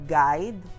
guide